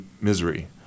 misery